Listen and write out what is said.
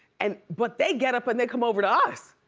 and but they get up and they come over to us.